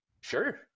sure